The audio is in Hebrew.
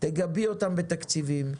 תגבי אותם בתקציבים,